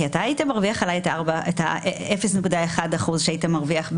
כי אתה היית מרוויח עליי 0.1% שהיית מרוויח,